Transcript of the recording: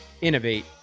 innovate